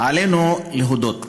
עלינו להודות